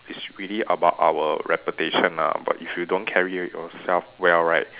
it's really about our reputation ah but if you don't carry yourself well right